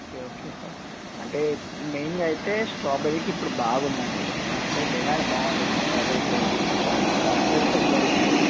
okay okay sir అంటే మెయిన్గా అయితే స్ట్రాబెరీకి ఇప్పుడు బాగుంది అండి ఎలా అంటే డిమాండ్ బాగుంది స్ట్రాబెరీ ఫ్లేవర్కి చాక్లెట్తో పోలిస్తే